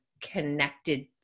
connected